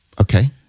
Okay